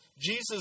Jesus